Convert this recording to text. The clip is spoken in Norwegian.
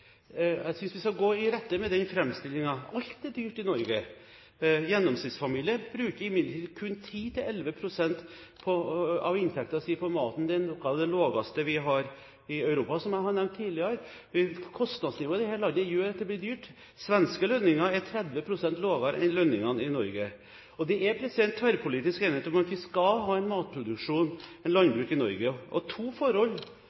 Jeg synes vi skal gå i rette med framstillingen. Alt er dyrt i Norge. En gjennomsnittsfamilie bruker imidlertid kun 10–11 pst. av inntekten sin på mat. Det er noe det laveste vi har i Europa. Som jeg har nevnt tidligere, gjør kostnadsnivået i dette landet at det blir dyrt. Svenske lønninger er 30 pst. lavere enn lønningene i Norge. Det er tverrpolitisk enighet om at vi skal ha en matvareproduksjon i landbruket i Norge. To forhold